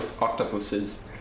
octopuses